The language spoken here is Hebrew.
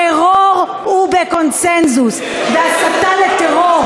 טרור הוא בקונסנזוס, והסתה לטרור,